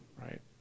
right